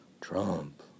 Trump